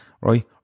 right